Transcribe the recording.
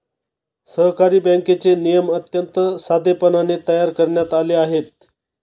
सहकारी बँकेचे नियम अत्यंत साधेपणाने तयार करण्यात आले आहेत